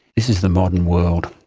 this is the modern world,